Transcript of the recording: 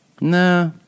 Nah